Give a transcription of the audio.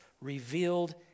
revealed